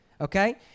okay